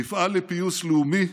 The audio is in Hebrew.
נפעל לפיוס לאומי,